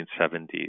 1970s